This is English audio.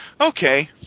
Okay